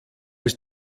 ist